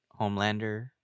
Homelander